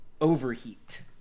Overheat